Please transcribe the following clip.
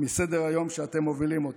מסדר-היום שאתם מובילים אותו.